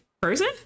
person